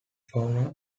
fauna